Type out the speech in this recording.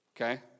okay